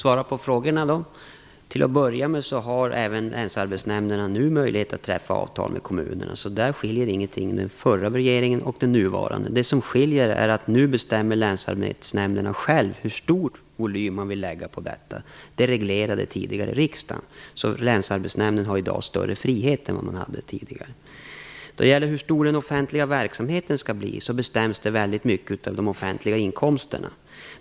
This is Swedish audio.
Fru talman! Jag skall svara på frågorna. Länsarbetsnämnderna har även nu möjlighet att träffa avtal med kommunerna, så det är ingen skillnad mellan vad som gällde under den förra regeringen och vad som gäller under den nuvarande regeringen. Det som skiljer är att länsarbetsnämnderna nu själva bestämmer hur stor volym de vill lägga på detta. Tidigare reglerade riksdagen det. Länsarbetsnämnderna har alltså större frihet i dag än de hade tidigare. Frågan om hur stor den offentliga verksamheten skall bli bestäms mycket av de offentliga inkomsterna.